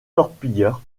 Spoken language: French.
torpilleurs